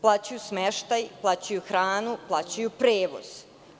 Plaćaju smeštaj, plaćaju hranu, plaćaju prevoz.